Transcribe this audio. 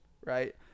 right